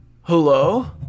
Hello